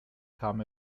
kam